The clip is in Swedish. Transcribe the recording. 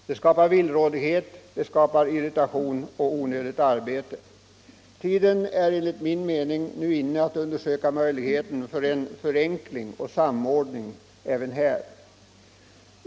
Det skapar villrådighet, irritation och onödigt arbete. Tiden är enligt min mening nu inne att undersöka möjligheterna till en förenkling och samordning även här.